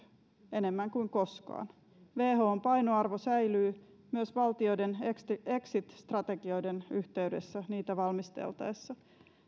enemmän kuin koskaan whon painoarvo säilyy myös valtioiden exit strategioiden yhteydessä niitä valmisteltaessa